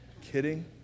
Kidding